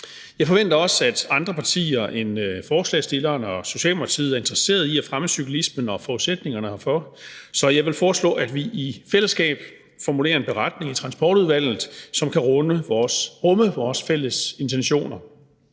Jeg forventer også, at andre partier end forslagsstillernes og Socialdemokratiet er interesseret i at fremme cyklismen og forudsætninger herfor, så jeg vil foreslå, at vi i fællesskab formulerer en beretning i Transportudvalget, som kan rumme vores fælles intentioner.